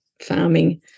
farming